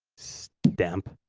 stamp.